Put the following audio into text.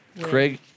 Craig